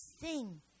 sing